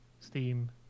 steam